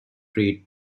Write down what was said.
threat